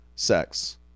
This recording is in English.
sex